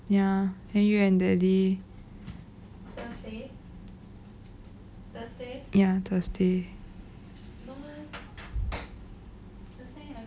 ya then you and daddy ya thursday